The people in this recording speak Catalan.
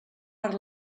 per